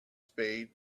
spade